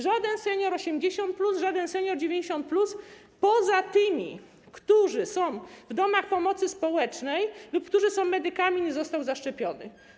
Żaden senior 80+, żaden senior 90+, poza tymi, którzy są w domach pomocy społecznej lub którzy są medykami, nie został zaszczepiony.